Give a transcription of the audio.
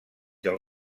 del